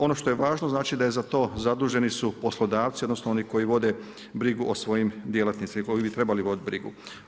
Ono što je važno je da za to su zaduženi poslodavci odnosno oni koji vode brigu o svojim djelatnicima, koji bi trebali voditi brigu.